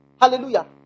Hallelujah